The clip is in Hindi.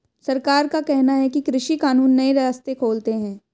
सरकार का कहना है कि कृषि कानून नए रास्ते खोलते है